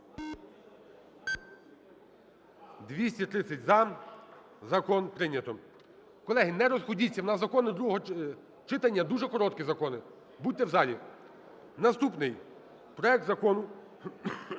За-230 Закон прийнято. Колеги, не розходіться. У нас закони другого читання дуже короткі закони. Будьте в залі. Наступний. Проект Закону